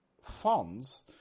funds